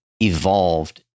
evolved